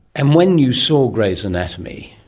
and when you saw grey's anatomy,